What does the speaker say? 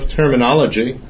terminology